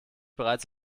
bereits